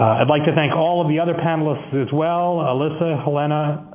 i'd like to thank all of the other panelists as well, elissa, helena,